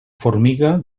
formiga